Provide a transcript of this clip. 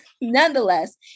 nonetheless